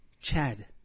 Chad